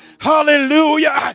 hallelujah